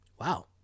wow